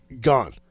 gone